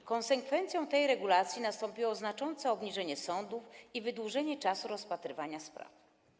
W konsekwencji tej regulacji nastąpiło znaczące obciążenie sądów i wydłużenie czasu rozpatrywania spraw.